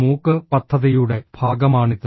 MOOC പദ്ധതിയുടെ ഭാഗമാണിത്